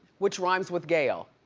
which rhymes with gayle.